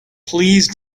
please